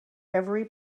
every